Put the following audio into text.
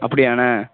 அப்படியாண்ண